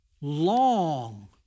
Long